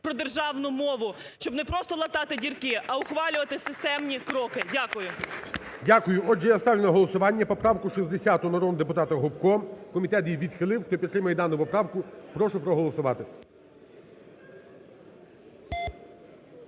про державну мову, щоб не просто латати дірки, а ухвалювати системні кроки. Дякую. ГОЛОВУЮЧИЙ. Дякую. Отже, я ставлю на голосування поправку 60 народного депутата Гопко. Комітет її відхилив. Хто підтримує дану поправку, прошу проголосувати.